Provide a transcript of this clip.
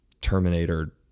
Terminator